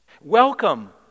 Welcome